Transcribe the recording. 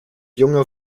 junge